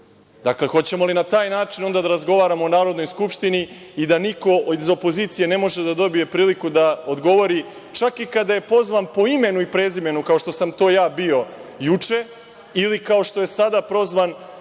Srbije. Hoćemo li na taj način onda da razgovaramo u Narodnoj skupštini i da niko iz opozicije ne može da dobije priliku da odgovori, čak i kada je pozvan po imenu i prezimenu, kao što sam to ja bio juče ili kao što je sada prozvan